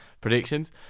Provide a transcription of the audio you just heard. predictions